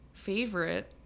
favorite